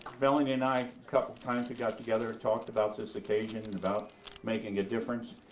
melanie and i a couple times, we got together, talked about this occasion and about making a difference,